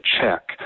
check